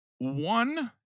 One